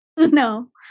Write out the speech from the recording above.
No